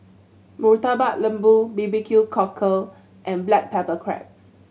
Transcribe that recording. Murtabak Lembu B B Q Cockle and black pepper crab